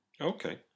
Okay